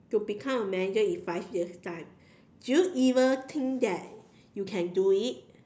to become a manager in five years time do you even think that you can do it